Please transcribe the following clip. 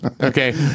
Okay